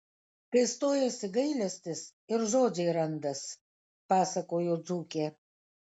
kai stojasi gailestis ir žodžiai randas pasakojo dzūkė